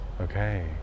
okay